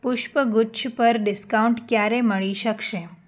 પુષ્પગુચ્છ પર ડિસ્કાઉન્ટ ક્યારે મળી શકશે